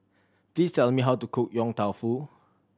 please tell me how to cook Yong Tau Foo